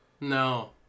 No